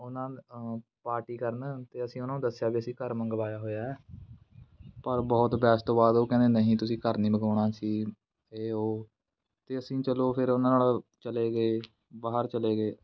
ਉਹਨਾਂ ਪਾਰਟੀ ਕਰਨ ਅਤੇ ਅਸੀਂ ਉਹਨਾਂ ਨੂੰ ਦੱਸਿਆ ਵੀ ਅਸੀਂ ਘਰ ਮੰਗਵਾਇਆ ਹੋਇਆ ਪਰ ਬਹੁਤ ਬਹਿਸ ਤੋਂ ਬਾਅਦ ਉਹ ਕਹਿੰਦੇ ਨਹੀਂ ਤੁਸੀਂ ਘਰ ਨਹੀਂ ਮੰਗਵਾਉਣਾ ਸੀ ਇਹ ਉਹ ਅਤੇ ਅਸੀਂ ਚਲੋ ਫਿਰ ਉਹਨਾਂ ਨਾਲ ਚਲੇ ਗਏ ਬਾਹਰ ਚਲੇ ਗਏ